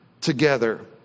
together